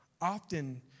often